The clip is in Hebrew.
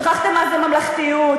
שכחתם מה זה ממלכתיות.